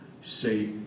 say